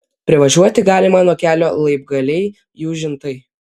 privažiuoti galima nuo kelio laibgaliai jūžintai